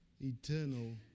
eternal